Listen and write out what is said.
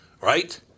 right